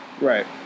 Right